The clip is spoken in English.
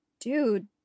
Dude